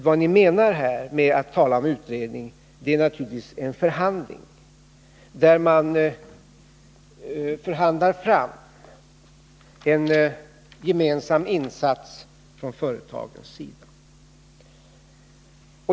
Vad ni menar när ni talar om utredning är naturligtvis en förhandling, där man förhandlar fram en gemensam insats från företagens sida.